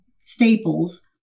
staples